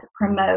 promote